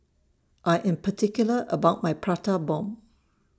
I Am particular about My Prata Bomb